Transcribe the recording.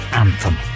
anthem